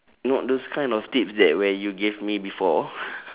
not those kind of tips that where you gave me before